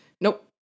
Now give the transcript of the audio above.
Nope